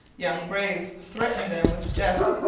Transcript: young braves threatened them with death,